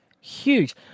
huge